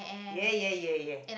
ya ya ya ya